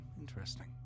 interesting